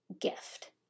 gift